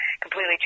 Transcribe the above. completely